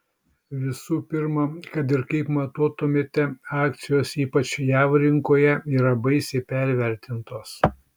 visų pirma kad ir kaip matuotumėme akcijos ypač jav rinkoje yra baisiai pervertintos